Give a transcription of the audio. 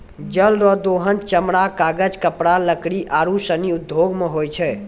जल रो दोहन चमड़ा, कागज, कपड़ा, लकड़ी आरु सनी उद्यौग मे होय छै